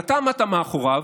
ואתה עמדת מאחוריו.